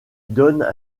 donnent